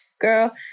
girl